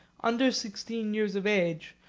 under sixteen years of age,